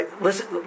listen